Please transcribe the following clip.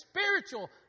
spiritual